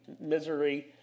misery